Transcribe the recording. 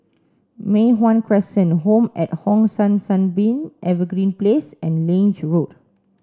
Mei Hwan Crescent Home at Hong San Sunbeam Evergreen Place and Lange Road